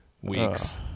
Weeks